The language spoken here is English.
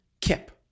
kip